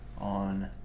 on